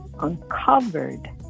uncovered